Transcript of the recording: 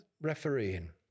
refereeing